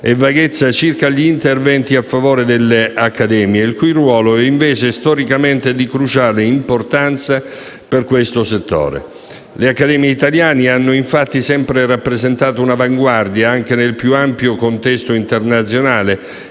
e vaghezza circa gli interventi a favore delle accademie, il cui ruolo è invece storicamente di cruciale importanza per questo settore. Le accademie italiane hanno infatti sempre rappresentato un'avanguardia, anche nel più ampio contesto internazionale,